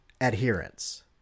adherence